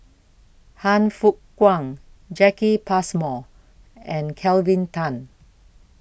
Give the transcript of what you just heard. Han Fook Kwang Jacki Passmore and Kelvin Tan